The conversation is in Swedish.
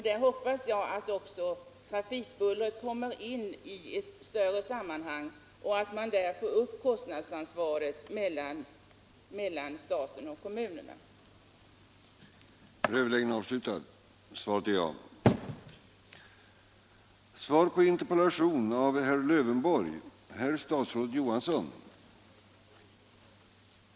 Jag hoppas att trafikbullret där kommer att sättas in i ett större sammanhang och att man kommer att ta upp fördelningen av kostnadsansvaret mellan staten och kommunerna i detta avseende.